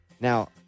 Now